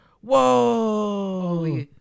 Whoa